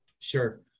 Sure